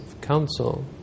council